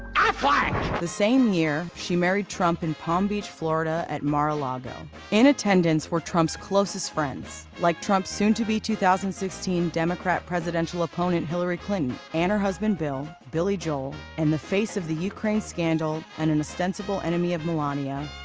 aflac! the same year, she married trump in palm beach, florida at mar-a-lago. in attendance were trump's closest friends, like trump's soon to be two thousand and sixteen democrat presidential opponent hillary clinton and her husband bill, billy joel, and the face of the ukraine scandal and an ostensible enemy of melania,